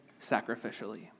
sacrificially